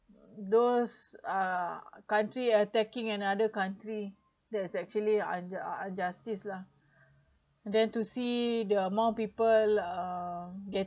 those uh country attacking another country there's actually un~ injustice lah and then to see there are more people uh